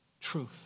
Truth